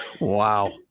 Wow